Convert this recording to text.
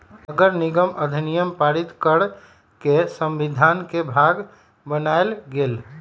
नगरनिगम अधिनियम पारित कऽ के संविधान के भाग बनायल गेल